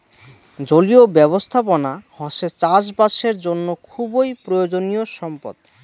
জলীয় ব্যবস্থাপনা হসে চাষ বাসের জন্য খুবই প্রয়োজনীয় সম্পদ